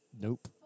nope